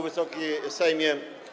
Wysoki Sejmie!